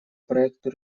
проекту